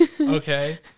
Okay